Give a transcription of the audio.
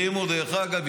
דרך אגב,